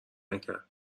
نکرد